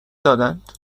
دادند